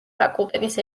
ფაკულტეტის